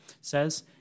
says